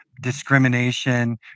discrimination